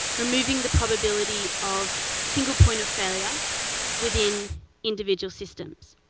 removing the probability of single point of failure within individual systems.